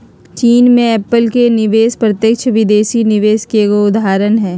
चीन मे एप्पल के निवेश प्रत्यक्ष विदेशी निवेश के एगो उदाहरण हय